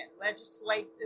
legislative